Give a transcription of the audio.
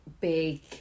big